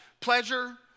pleasure